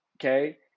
Okay